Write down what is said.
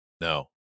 No